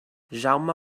jaume